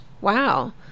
Wow